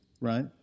right